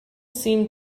seemed